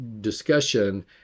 discussion